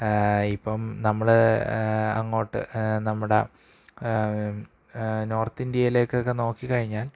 ഇപ്പോള് നമ്മള് അങ്ങോട്ട് നമ്മുടെ നോര്ത്ത് ഇന്ത്യയിലേക്കൊക്കെ നോക്കിക്കഴിഞ്ഞാൽ